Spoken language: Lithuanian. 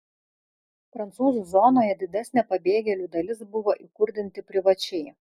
prancūzų zonoje didesnė pabėgėlių dalis buvo įkurdinti privačiai